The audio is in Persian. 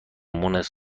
مونس